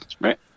right